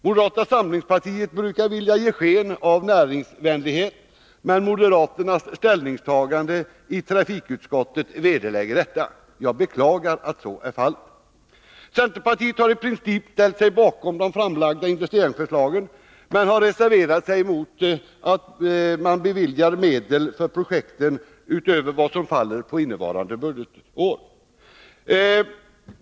Moderata samlingspartiet brukar vilja ge sken av näringsvänlighet, men moderaternas ställningstagande i trafikutskottet vederlägger detta. Jag beklagar att så är Nr 54 fallet. Fredagen den Centerpartiet har i princip ställt sig bakom de framlagda investeringsför — 17 december 1982 slagen, men reserverat sig mot att medel beviljas för projekten utöver vad som faller på innevarande budgetår.